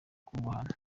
bwubahane